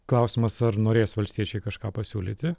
klausimas ar norės valstiečiai kažką pasiūlyti